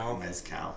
Mezcal